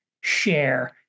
share